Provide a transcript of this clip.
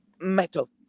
metal